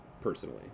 personally